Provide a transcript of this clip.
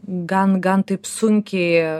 gan gan taip sunkiai